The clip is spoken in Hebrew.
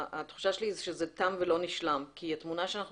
התחושה שלי שזה תם ולא נשלם כי התמונה שאנחנו